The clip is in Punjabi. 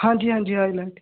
ਹਾਂਜੀ ਹਾਂਜੀ ਆਈਲੈਟ